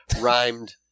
rhymed